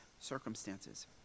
circumstances